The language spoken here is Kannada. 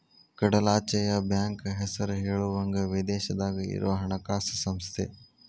ಕಡಲಾಚೆಯ ಬ್ಯಾಂಕ್ ಹೆಸರ ಹೇಳುವಂಗ ವಿದೇಶದಾಗ ಇರೊ ಹಣಕಾಸ ಸಂಸ್ಥೆ